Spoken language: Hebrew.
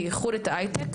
בייחוד את ההיי-טק,